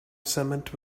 cement